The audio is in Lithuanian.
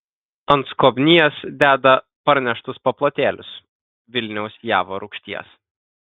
ant skobnies deda parneštus paplotėlius vilniaus javo rūgšties